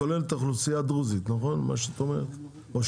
מה שאת אומרת כולל את האוכלוסייה הדרוזית, נכון?